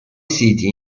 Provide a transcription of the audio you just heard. city